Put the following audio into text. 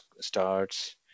starts